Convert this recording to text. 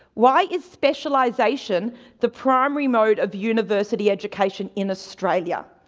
why is specialisation the primary mode of university education in australia?